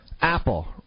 Apple